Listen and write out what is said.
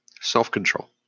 Self-control